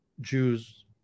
Jews